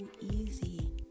easy